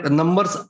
numbers